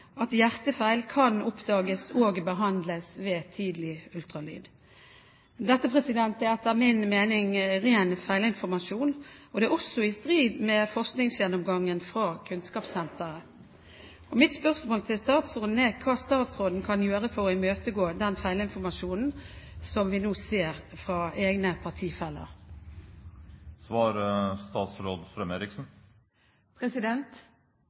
at hjertefeil kan oppdages og behandles ved tidlig ultralyd. Dette er etter min mening en ren feilinformasjon, og det er også i strid med forskningsgjennomgangen fra Kunnskapssenteret. Mitt spørsmål til statsråden er: Hva kan statsråden gjøre for å imøtegå den feilinformasjonen som vi nå ser fra egne partifeller?